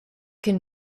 can